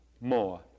more